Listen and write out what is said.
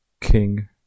King